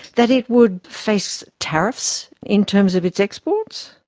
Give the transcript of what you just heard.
that it would face tariffs in terms of its exports?